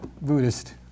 Buddhist